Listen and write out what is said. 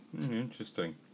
Interesting